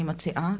אני מציעה,